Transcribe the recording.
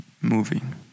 moving